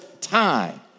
time